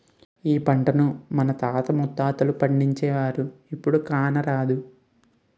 ఈ పంటను మన తాత ముత్తాతలు పండించేవారు, ఇప్పుడు కానరాదు